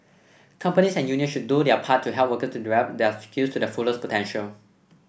companies and unions should do their part to help worker to develop their skills to their fullest potential